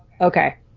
Okay